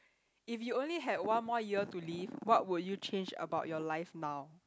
if you only had one more year to live what would you change about your life now